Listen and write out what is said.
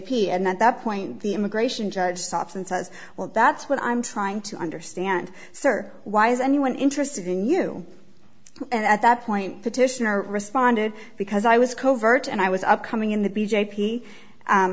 p and at that point the immigration judge stops and says well that's what i'm trying to understand sir why is anyone interested in you and at that point petitioner responded because i was covert and i was upcoming in